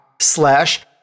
slash